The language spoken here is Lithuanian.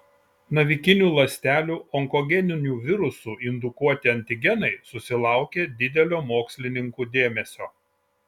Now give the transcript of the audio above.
navikinių ląstelių onkogeninių virusų indukuoti antigenai susilaukė didelio mokslininkų dėmesio